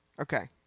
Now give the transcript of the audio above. Okay